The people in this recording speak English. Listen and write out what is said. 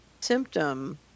symptom